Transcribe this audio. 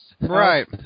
right